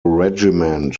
regiment